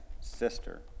sister